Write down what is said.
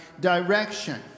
direction